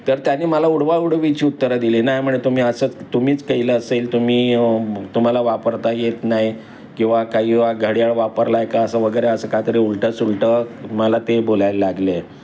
तर त्याने मला उडवाउडवीची उत्तरा दिली नाही म्हणे तुम्ही असंच तुम्हीच केलं असेल तुम्ही तुम्हाला वापरता येत नाही किंवा काही घड्याळ वापरलाय का असं वगैरे असं काहीतरी उलटंसुलटं मला ते बोलायला लागले